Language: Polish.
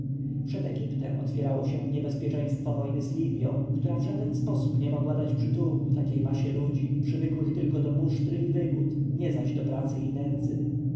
egiptem otwierało się niebezpieczeństwo wojny z libją która w żaden sposób nie mogła dać przytułku takiej masie ludzi przywykłych tylko do musztry i wygód nie zaś do pracy i nędzy